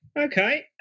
Okay